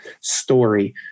story